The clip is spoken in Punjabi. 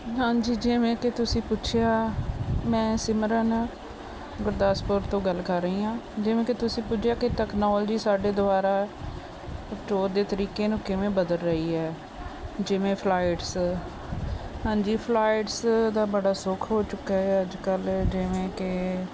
ਹਾਂਜੀ ਜਿਵੇਂ ਕਿ ਤੁਸੀਂ ਪੁੱਛਿਆ ਮੈਂ ਸਿਮਰਨ ਗੁਰਦਾਸਪੁਰ ਤੋਂ ਗੱਲ ਕਰ ਰਹੀ ਹਾਂ ਜਿਵੇਂ ਕਿ ਤੁਸੀਂ ਪੁੱਛਿਆ ਕਿ ਟੈਕਨੋਲਜੀ ਸਾਡੇ ਦੁਆਰਾ ਦੇ ਤਰੀਕੇ ਨੂੰ ਕਿਵੇਂ ਬਦਲ ਰਹੀ ਹੈ ਜਿਵੇਂ ਫਲਾਈਟਸ ਹਾਂਜੀ ਫਲਾਈਟਸ ਦਾ ਬੜਾ ਸੁੱਖ ਹੋ ਚੁੱਕਾ ਹੈ ਅੱਜ ਕੱਲ੍ਹ ਜਿਵੇਂ ਕਿ